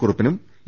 കുറുപ്പിനും E